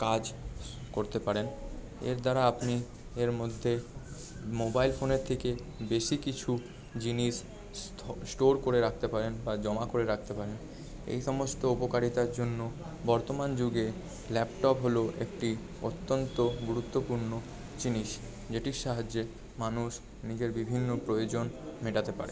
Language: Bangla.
কাজ করতে পারেন এর দ্বারা আপনি এর মধ্যে মোবাইল ফোনের থেকে বেশি কিছু জিনিস স্টোর করে রাখতে পারেন বা জমা করে রাখতে পারেন এই সমস্ত উপকারিতার জন্য বর্তমান যুগে ল্যাপটপ হল একটি অত্যন্ত গুরুত্বপূর্ণ জিনিস যেটির সাহায্যে মানুষ নিজের বিভিন্ন প্রয়োজন মেটাতে পারে